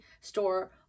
store